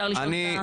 סד הזמנים,